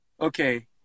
Okay